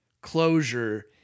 closure